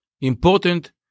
important